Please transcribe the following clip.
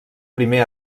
primer